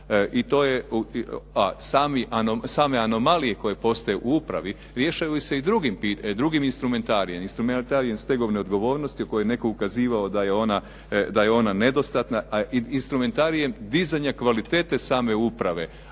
I to je, a same anomalije koje postoje u upravi rješavaju se i drugim instrumentarijem, instrumentarijem stegovne odgovornosti o kojoj je netko ukazivao da je ona nedostatna a instrumentarijem dizanja kvalitete same uprave